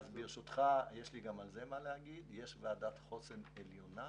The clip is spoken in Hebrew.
יש ועדת חוסן עליונה